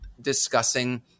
discussing